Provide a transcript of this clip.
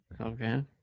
Okay